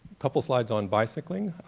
couple slides on bicycling,